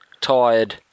tired